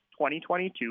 2022